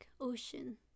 ocean